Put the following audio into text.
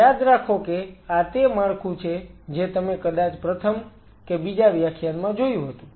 યાદ રાખો કે આ તે માળખું છે જે તમે કદાચ પ્રથમ કે બીજા વ્યાખ્યાનમાં જોયું હતું